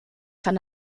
von